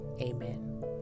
Amen